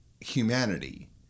humanity